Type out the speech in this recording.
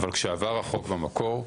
אבל כשעבר החוק במקור,